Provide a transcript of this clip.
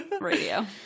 radio